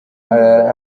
arara